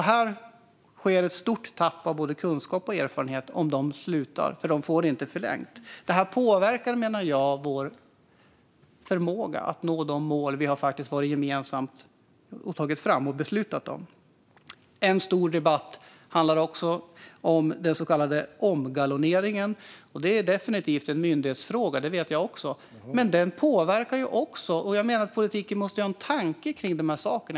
Det sker ett stort tapp av både kunskap och erfarenhet om de slutar för att de inte får förlängt. Detta påverkar vår förmåga att nå de mål vi gemensamt tagit fram och beslutat om. En stor debatt handlar om omgaloneringen. Jag vet att det är en myndighetsfråga, men den påverkar också. Politiken måste ha en tanke om dessa saker.